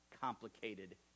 complicated